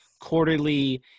quarterly